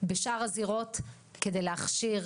בשאר הזירות כדי להכשיר,